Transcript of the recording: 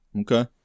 okay